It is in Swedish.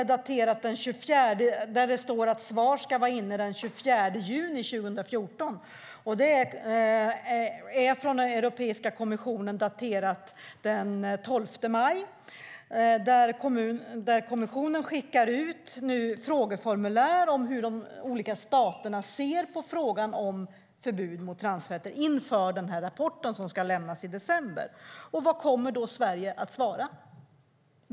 Vi har fått ett dokument där det står att svar ska vara inne den 24 juni 2014. Dokumentet är daterat den 12 maj från Europeiska kommissionen. Kommissionen skickar alltså ut frågeformulär om hur de olika staterna ser på frågan om förbud mot transfetter, inför den rapport som ska lämnas i december. Vad kommer Sverige att svara?